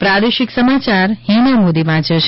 પ્રાદેશિક સમાચાર હિના મોદી વાંચે છે